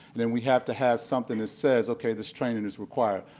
then we have to have something that says okay, this training is required,